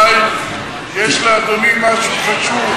אולי יש לאדוני משהו חשוב.